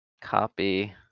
Copy